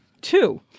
Two